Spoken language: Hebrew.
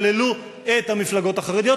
כללו את המפלגות החרדיות,